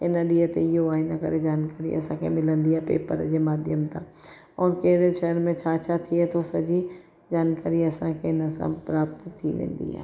हिन ॾींहं ते इहो आहे इनकरे जानकारी असांखे मिलंदी आहे पेपर ॼे माध्यम तां ऐं कहिड़े शहर में छा छा थिए थो सॼी जानकारी असांखे हिन सां प्राप्त थी वेंदी आहे